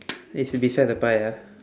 it's beside the pie ah